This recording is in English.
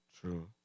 true